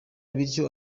bityo